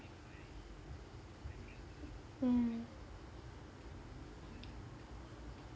mm